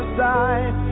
side